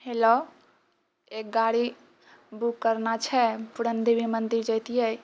hello एक गाड़ी book करना छै पूरन देवी मन्दिर जेतिए